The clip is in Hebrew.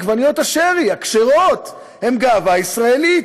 עגבניות השרי הכשרות הן גאווה ישראלית,